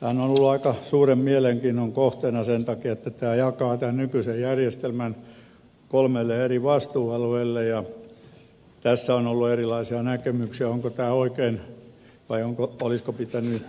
tämä on ollut aika suuren mielenkiinnon kohteena sen takia että tämä jakaa tämän nykyisen järjestelmän kolmelle eri vastuualueelle ja tässä on ollut erilaisia näkemyksiä onko tämä oikein vai olisiko pitänyt